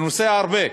אני נוסע הרבה,